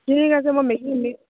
ঠিক আছে মই মেকিং মেকিং